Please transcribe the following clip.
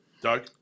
Doug